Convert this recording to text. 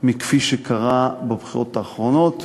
מכפי שהיה בבחירות האחרונות.